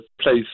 place